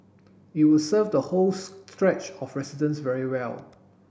it will serve the whole stretch of residents very well